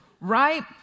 Right